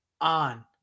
on